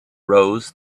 rows